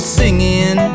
singing